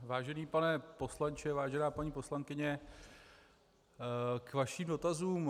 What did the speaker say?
Vážený pane poslanče, vážená paní poslankyně, k vašim dotazům.